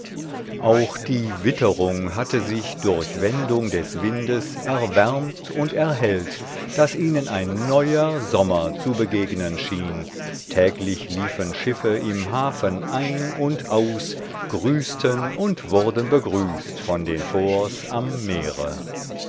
auch die witterung hatte sich durch wendung des windes erwärmt und erhellt daß ihnen ein neuer sommer zu begegnen schien täglich liefen schiffe im hafen ein und aus grüßten und wurden begrüßt von den forts am meere